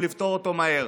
ולפתור אותו מהר.